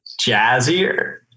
jazzier